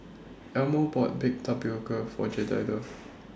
Elmo bought Baked Tapioca For Jedidiah